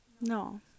No